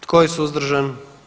Tko je suzdržan?